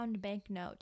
banknote